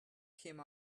came